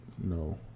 no